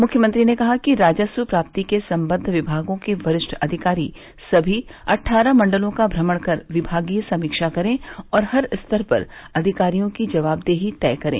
मुख्यमंत्री ने कहा कि राजस्व प्राप्ति से संबद्व विभागों के वरिष्ठ अधिकारी सभी अट्ठारह मण्डलों का भ्रमण कर विभागीय समीक्षा करें और हर स्तर पर अधिकारियों की जवाबदेही तय करें